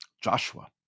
Joshua